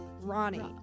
Ronnie